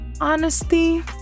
Honesty